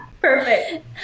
Perfect